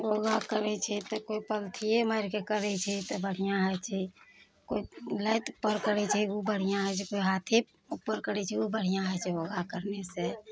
योगा करै छै तऽ कोइ पलथिये मारिके करै छै तऽ बढ़िआँ होइ छै कोइ लात उपर करै छै ओ बढ़िआँ होइ छै कोइ हाथे ऊपर करै छै ओ बढ़िआँ होइ छै योगा करय सऽ